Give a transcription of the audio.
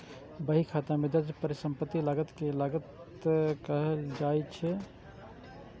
बहीखाता मे दर्ज परिसंपत्ति लागत कें लागत कहल जाइ छै